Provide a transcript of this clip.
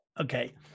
okay